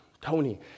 Tony